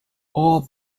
all